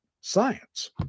science